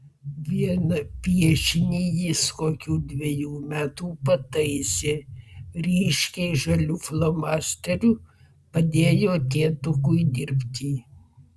vieną piešinį jis kokių dvejų metų pataisė ryškiai žaliu flomasteriu padėjo tėtukui dirbti